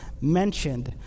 mentioned